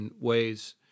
ways